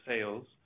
sales